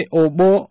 obo